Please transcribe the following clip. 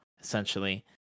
essentially